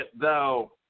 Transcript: thou